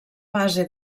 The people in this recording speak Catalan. base